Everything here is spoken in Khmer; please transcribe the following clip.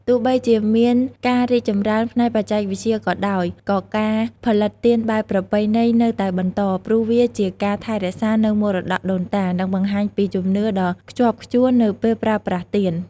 ទោះបីជាមានការរីកចម្រើនផ្នែកបច្ចេកវិទ្យាក៏ដោយ ក៏ការផលិតទៀនបែបប្រពៃណីនៅតែបន្ត ព្រោះវាជាការថែរក្សានៅមរតកដូនតា និងបង្ហាញពីជំនឿដ៏ខ្ជាប់ខ្ជួននៅពេលប្រើប្រាស់ទៀន។